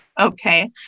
Okay